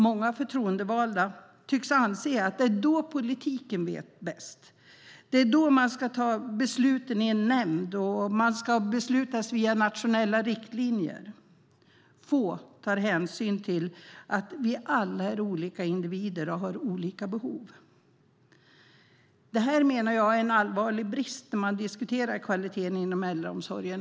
Många förtroendevalda tycks anse att det är då politiken vet bäst, att det är då man ska fatta besluten i en nämnd och att det ska beslutas via nationella riktlinjer. Få tar hänsyn till att vi alla är individer med olika behov. Det menar jag är en allvarlig brist när man diskuterar kvaliteten inom äldreomsorgen.